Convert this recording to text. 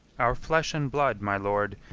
our flesh and blood, my lord,